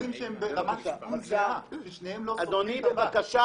זה שני מוצרים שהם --- אדוני בבקשה,